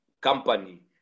company